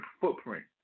footprint